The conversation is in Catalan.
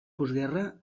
postguerra